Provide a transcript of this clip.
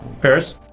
Paris